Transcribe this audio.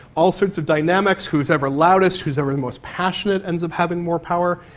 all sorts of dynamics, who's ever loudest, who's ever the most passionate ends up having more power.